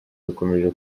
rukomeje